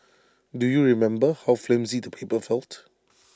do you remember how flimsy the paper felt